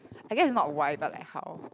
I guess not why but like how